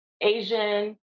Asian